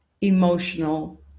emotional